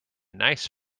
nice